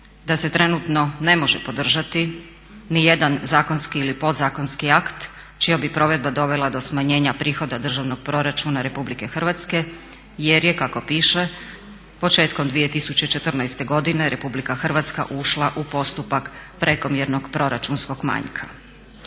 da se trenutno ne može podržati nijedan zakonski ili podzakonski akt čija bi provedba dovela do smanjenja prihoda Državnog proračuna RH jer je kako piše početkom 2014. godine RH ušla u postupak prekomjernog proračunskog manjka.